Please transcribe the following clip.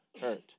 hurt